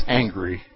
angry